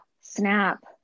Snap